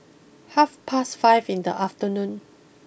half past five in the afternoon